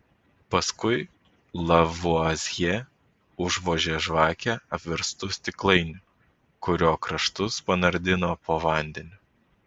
paskui lavuazjė užvožė žvakę apverstu stiklainiu kurio kraštus panardino po vandeniu